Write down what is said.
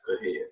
ahead